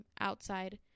outside